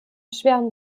schweren